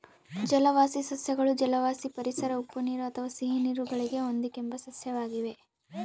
ಜಲವಾಸಿ ಸಸ್ಯಗಳು ಜಲವಾಸಿ ಪರಿಸರ ಉಪ್ಪುನೀರು ಅಥವಾ ಸಿಹಿನೀರು ಗಳಿಗೆ ಹೊಂದಿಕೆಂಬ ಸಸ್ಯವಾಗಿವೆ